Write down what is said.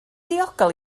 ddiogel